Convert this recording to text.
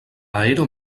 aero